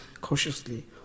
cautiously